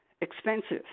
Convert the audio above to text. expensive